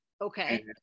okay